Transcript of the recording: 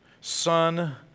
son